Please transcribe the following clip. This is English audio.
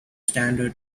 standard